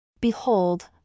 Behold